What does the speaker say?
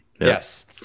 Yes